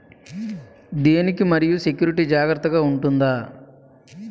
దీని కి మరి సెక్యూరిటీ జాగ్రత్తగా ఉంటుందా?